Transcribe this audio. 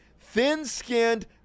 thin-skinned